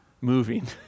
moving